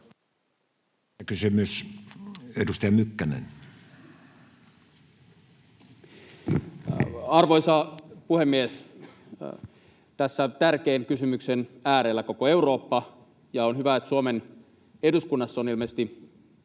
Jatkokysymys, edustaja Mykkänen. Arvoisa puhemies! Tässä on tärkeän kysymyksen äärellä koko Eurooppa, ja on hyvä, että Suomen eduskunnassa on ilmeisesti